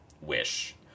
wish